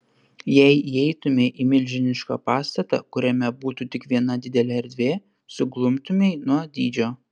jei įeitumei į milžinišką pastatą kuriame būtų tik viena didelė erdvė suglumtumei nuo dydžio